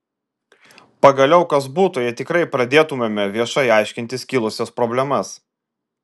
pagaliau kas būtų jei tikrai pradėtumėme viešai aiškintis kilusias problemas